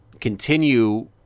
continue